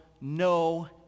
no